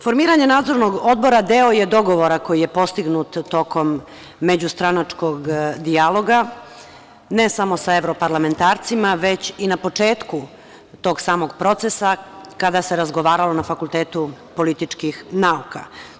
Formiranje Nadzornog odbora deo je dogovora koji je postignut tokom međustranačkog dijaloga, ne samo sa evroparlamentarcima već i na početku tog samog procesa kada se razgovaralo na Fakultetu političkih nauka.